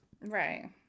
right